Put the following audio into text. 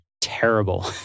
terrible